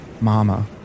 Mama